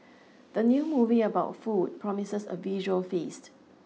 the new movie about food promises a visual feast